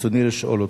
רצוני לשאול: